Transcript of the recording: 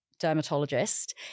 dermatologist